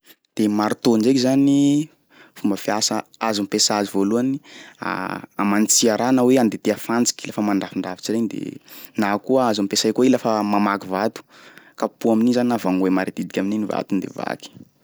De marteau ndraiky zany, fomba fiasa azo ampiasÃ azy voalohany amantsiha raha na hoe andenteha fantsiky lafa mandrafindrafitsy regny de na koa azo ampiasay koa i lafa mamaky vato, kapoha amin'igny zany na vangoa mare ditiky amin'igny vato igny de vaky.